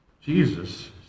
Jesus